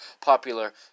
popular